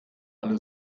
alle